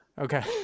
Okay